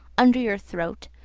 under your throat,